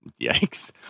yikes